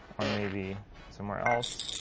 or maybe somewhere else.